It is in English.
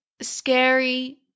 scary